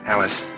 Alice